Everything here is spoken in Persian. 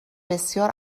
بسیار